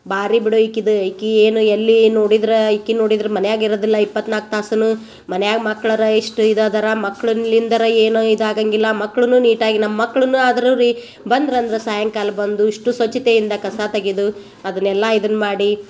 ಭಾರಿ ಬಿಡು ಈಕಿದ ಈಕಿ ಏನು ಎಲ್ಲಿ ನೋಡಿದ್ರೆ ಈಕಿ ನೋಡಿದ್ರೆ ಮನಿಯಾಗೆ ಇರದಿಲ್ಲ ಇಪ್ಪತ್ನಾಲ್ಕು ತಾಸುನು ಮನ್ಯಾಗೆ ಮಕ್ಳರ ಎಷ್ಟು ಇದು ಅದರ ಮಕ್ಳುಂಲಿಂದರ ಏನು ಇದಾಗಂಗಿಲ್ಲ ಮಕ್ಕಳೂನು ನೀಟಾಗಿ ನಮ್ಮ ಮಕ್ಕಳುನ ಆದ್ರುರಿ ಬಂದ್ರು ಅಂದ್ರೆ ಸಾಯಂಕಾಲ ಬಂದು ಇಷ್ಟು ಸ್ವಚ್ಛತೆಯಿಂದ ಕಸ ತೆಗೆದು ಅದನ್ನೆಲ್ಲ ಇದನ್ನ ಮಾಡಿ